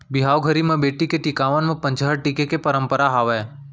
बिहाव घरी म बेटी के टिकावन म पंचहड़ टीके के परंपरा हावय